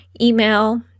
email